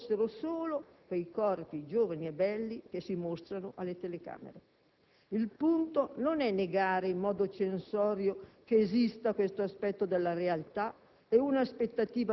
come se le donne fossero solo quei corpi giovani e belli che si mostrano alle telecamere. Il punto non è negare in modo censorio che esista questo aspetto della realtà